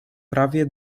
prawie